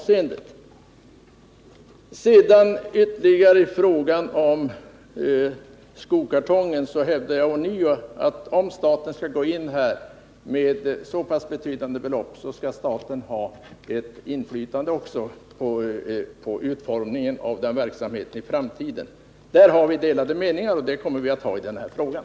Slutligen: I fråga om Skokartongen hävdar jag ånyo att om staten skall gå in med så pass betydande belopp som det här rör sig om, då skall staten också ha ett inflytande på utformningen av verksamheten i framtiden. Där har vi delade meningar, och det kommer vi att ha i den här frågan.